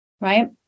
Right